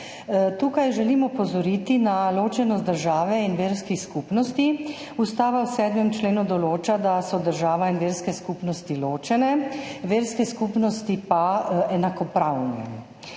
Tukaj želim opozoriti na ločenost države in verskih skupnosti. Ustava v 7. členu določa, da so država in verske skupnosti ločene, verske skupnosti pa enakopravne.